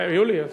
אני מודה לך.